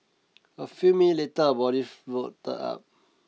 a few minute later a up